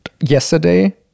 yesterday